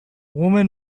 woman